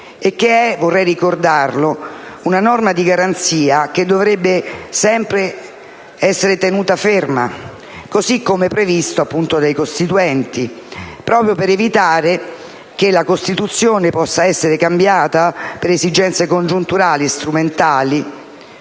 costituzionale, norma di garanzia che dovrebbe sempre essere tenuta ferma, così come previsto dai padri costituenti, proprio per evitare che la Costituzione possa essere cambiata per esigenze congiunturali e strumentali.